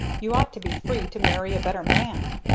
you ought to be free to marry a better man.